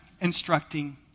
instructing